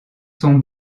sont